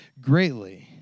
greatly